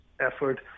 effort